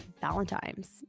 Valentine's